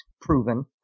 proven